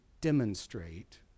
demonstrate